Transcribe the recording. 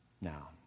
Now